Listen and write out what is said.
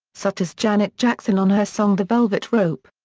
such as janet jackson on her song the velvet rope.